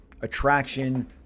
attraction